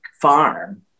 farm